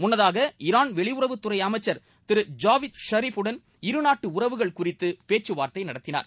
முன்னதாக ஈரான் வெளியுறவுத்துறை அமைச்சர் திரு ஜாவத் ஜரீஃப்புடன் இருநாட்டு உறவுகள் குறித்து பேச்சுவார்த்தை நடத்தினார்